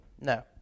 No